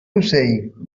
ocell